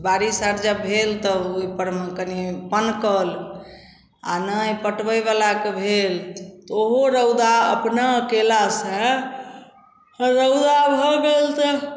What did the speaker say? बारिश आर जब भेल तब ओहिपरमे कनि पनकल आओर नहि पटबैवलाके भेल तऽ ओहो रौदा अपना कएलासँ रौदा भऽ गेल तऽ